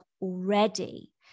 already